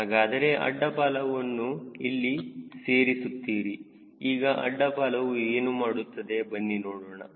ಹಾಗಾದರೆ ಅಡ್ಡ ಬಾಲವನ್ನು ಇಲ್ಲಿ ಸೇರಿಸುತ್ತೀರಿ ಈಗ ಅಡ್ಡ ಬಾಲವು ಏನು ಮಾಡುತ್ತದೆ ಬನ್ನಿ ನೋಡೋಣ